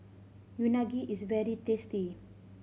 unagi is very tasty